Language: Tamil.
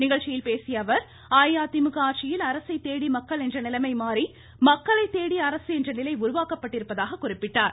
நிகழ்ச்சியில் பேசிய அவர் அஇஅதிமுக ஆட்சியில் அரசை தேடி மக்கள் என்ற நிலைமை மாறி மக்களை தேடி அரசு என்ற நிலை உருவாக்கப்பட்டிருப்பதாக குறிப்பிட்டார்